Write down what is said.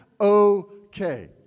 okay